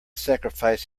sacrifice